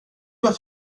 att